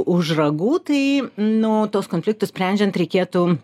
už ragų tai nu tuos konfliktus sprendžiant reikėtų